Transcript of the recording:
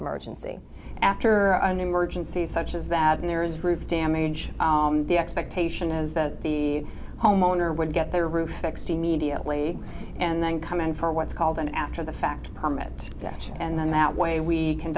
emergency after an emergency such as that and there is roof damage the expectation is that the homeowner would get their roof fixed immediately and then come in for what's called an after the fact permit that and then that way we can